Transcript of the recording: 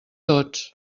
tots